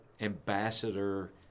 ambassador